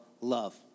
love